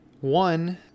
one